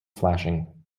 flashing